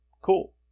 cool